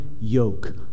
yoke